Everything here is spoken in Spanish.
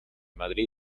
madrid